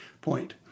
point